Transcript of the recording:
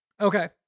Okay